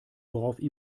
woraufhin